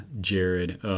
Jared